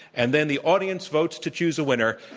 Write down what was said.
and then the audience votes to choose a winner,